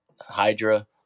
Hydra